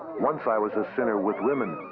once i was a sinner with women.